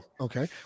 okay